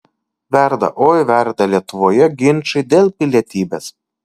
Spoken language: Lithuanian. verda oi verda lietuvoje ginčai dėl pilietybės